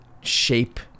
shape